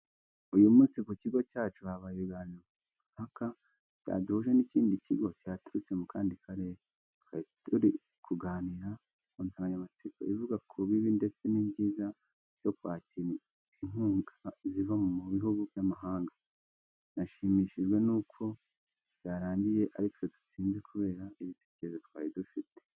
Uyu munsi ku kigo cyacu habaye ibiganiro mpaka byaduhuje n'ikindi kigo cyaturutse mu kandi karere. Twari turi kuganira ku nsanganyamatsiko ivuga ku bibi ndetse n'ibyiza byo kwakira inkunga ziva mu bihugu by'amahanga. Nashimishijwe n'ukuntu byarangiye ari twe dutsinze kubera ibitekerezo twari dufite.